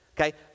Okay